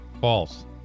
False